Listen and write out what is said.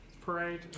parade